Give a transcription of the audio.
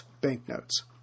banknotes